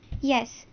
yes